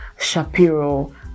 Shapiro